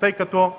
тъй като